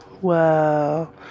Wow